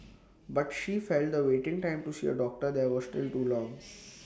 but she felt the waiting time to see A doctor there was still too long